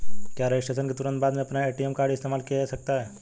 क्या रजिस्ट्रेशन के तुरंत बाद में अपना ए.टी.एम कार्ड इस्तेमाल किया जा सकता है?